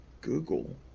Google